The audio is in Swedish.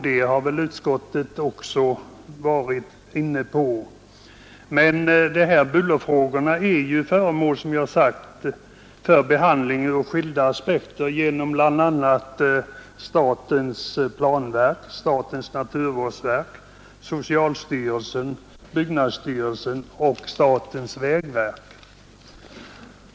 Detta har också utskottet ansett, men bullerfrågorna är, som jag har sagt, redan föremål för behandling ur skilda aspekter, bl.a. i statens planverk, statens naturvårdsverk, socialstyrelsen, byggnadsstyrelsen och statens vägverk.